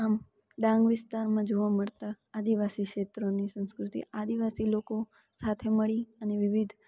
આમ ડાંગ વિસ્તારમાં જોવા મળતા આદિવાસી ક્ષેત્રોની સંસ્કૃતિ આદિવાસી લોકો સાથે મળી અને વિવિધ